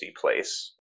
place